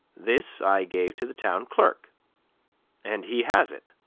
this i gave to the town clerk and he has it.